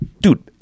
Dude